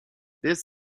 this